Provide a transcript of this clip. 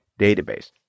database